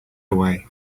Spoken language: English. away